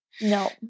No